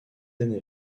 année